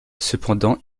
cependant